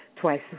twice